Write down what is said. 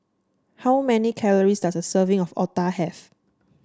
how many calories does a serving of Otah have